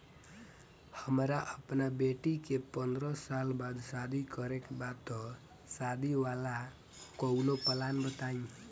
हमरा अपना बेटी के पंद्रह साल बाद शादी करे के बा त शादी वाला कऊनो प्लान बताई?